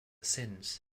since